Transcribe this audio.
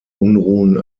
unruhen